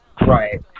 right